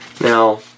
Now